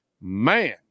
Man